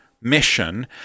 mission